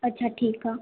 अच्छा ठीकु आहे